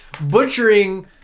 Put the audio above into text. butchering